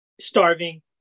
starving